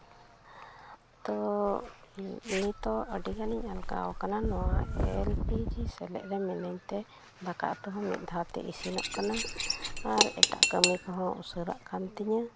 ᱛᱚ ᱱᱤᱛᱳᱜ ᱟᱹᱰᱤᱜᱟᱱᱤᱧ ᱟᱞᱜᱟᱣ ᱠᱟᱱᱟ ᱱᱚᱣᱟ ᱮᱞ ᱯᱤ ᱡᱤ ᱮᱥᱮᱞᱫ ᱨᱮ ᱢᱤᱱᱟᱹᱧ ᱛᱮ ᱫᱟᱠᱟ ᱩᱛᱩ ᱦᱚᱸ ᱢᱤᱫ ᱫᱷᱟᱣᱛᱮ ᱤᱥᱤᱱᱚᱜ ᱠᱟᱱᱟ ᱟᱨ ᱮᱴᱟᱜ ᱠᱟᱹᱢᱤ ᱠᱚᱦᱚᱸ ᱩᱥᱟᱹᱨᱟᱜ ᱠᱟᱱ ᱛᱤᱧᱟᱹ